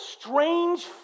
strange